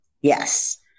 Yes